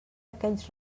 aquells